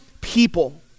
people